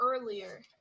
earlier